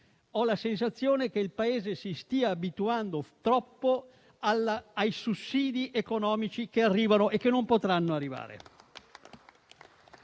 Ho la sensazione che il Paese si stia abituando troppo ai sussidi economici che arrivano e che non potranno continuare